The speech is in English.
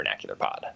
vernacularpod